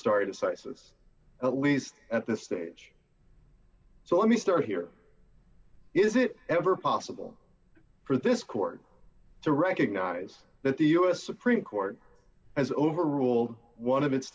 started sizes at least at this stage so let me start here is it ever possible for this court to recognize that the us supreme court has overruled one of